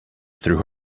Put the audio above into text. through